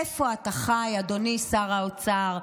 איפה אתה חי, אדוני שר האוצר?